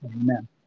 Amen